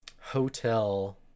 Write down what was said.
hotel